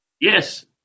Yes